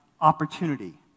opportunity